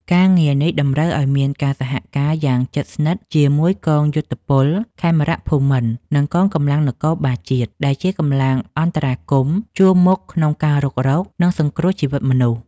នៅក្នុងស្ថានភាពដែលមានវិបត្តិ គណៈកម្មាធិការជាតិគ្រប់គ្រងគ្រោះមហន្តរាយដើរតួជាស្ពានចម្លងដែលផ្សារភ្ជាប់រាល់សកម្មភាពរបស់ក្រសួងស្ថាប័នពាក់ព័ន្ធទាំងអស់ឱ្យក្លាយជាធ្លុងមួយ។